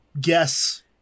guess